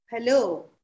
Hello